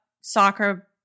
soccer